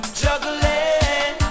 juggling